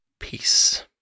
Peace